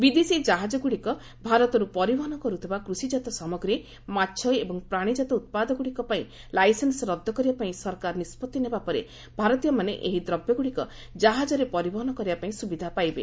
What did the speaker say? ବିଦେଶୀ ଜାହାଜଗୁଡ଼ିକ ଭାରତରୁ ପରିବହନ କରୁଥିବା କୃଷିଜାତ ସାମଗ୍ରୀ ମାଛ ଏବଂ ପ୍ରାଣୀଜ ଉତ୍ପାଦଗୁଡ଼ିକ ପାଇଁ ଲାଇସେନ୍ନ ରଦ୍ଦ କରିବା ପାଇଁ ସରକାର ନିଷ୍ପଭି ନେବା ପରେ ଭାରତୀୟମାନେ ଏହି ଦ୍ରବ୍ୟଗୁଡ଼ିକ କାହାଜରେ ପରିବହନ କରିବା ପାଇଁ ସୁବିଧା ପାଇବେ